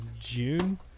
June